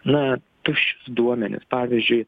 na tuščius duomenis pavyzdžiui